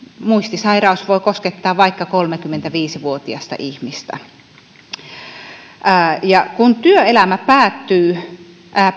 muistisairaus voi koskettaa vaikka kolmekymmentäviisi vuotiasta ihmistä kun työelämä päättyy